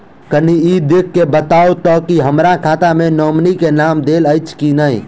कनि ई देख कऽ बताऊ तऽ की हमरा खाता मे नॉमनी केँ नाम देल अछि की नहि?